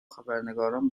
خبرنگاران